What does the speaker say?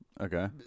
Okay